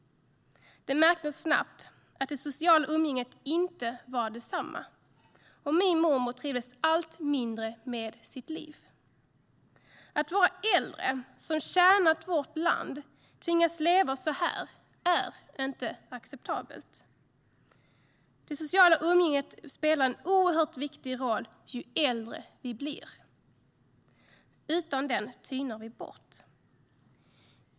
Det märktes snabbt att det sociala umgänget inte var detsamma, och min mormor trivdes allt mindre med sitt liv. Att våra äldre som tjänat vårt land tvingas att leva så är inte acceptabelt. Det sociala umgänget spelar en oerhört viktig roll och alltmer ju äldre vi blir. Utan det tynar vi bort.